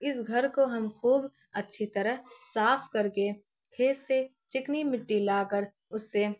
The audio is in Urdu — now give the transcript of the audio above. اس گھر کو ہم خوب اچھی طرح صاف کر کے کھیت سے چکنی مٹی لا کر اس سے